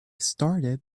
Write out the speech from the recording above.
started